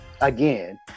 again